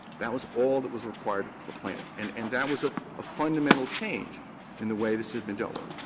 that was all that was required of the plaintiff. and and that was a ah fundamental change in the way this had been dealt with.